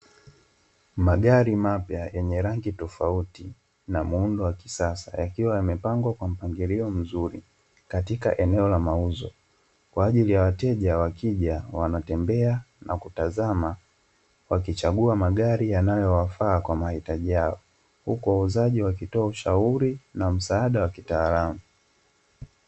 Magari mapya yenye rangi fotauti na muundo wa kisasa yakiwa yamepangwa kwa mpangilio mzuri katika eneo la mauzo kwa ajili ya wateja wakija wanatembea na kutazama wakichagua magari wanayoyafaa kwa mahitaji yao, huku wauzaji wakitoa ushauri na msaada wa kitaalamu.